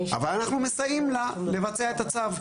אבל אנחנו מסייעים לה לבצע את הצו.